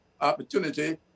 opportunity